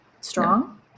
strong